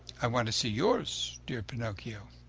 i want to see yours, dear pinocchio.